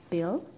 Bill